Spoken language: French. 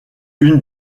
une